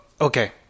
Okay